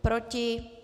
Proti?